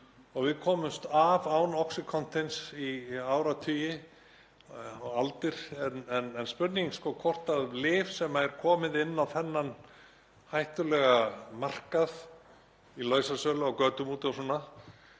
Við komumst af án oxycontins í áratugi og aldir. En það er spurning hvort lyf sem er komið inn á þennan hættulega markað, í lausasölu á götum úti og svona